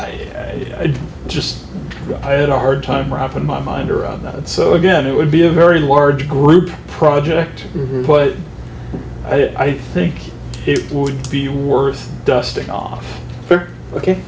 i just had a hard time wrapping my mind around that so again it would be a very large group project but i think it would be worth dusting off